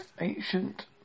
ancient